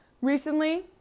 Recently